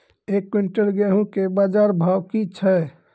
एक क्विंटल गेहूँ के बाजार भाव की छ?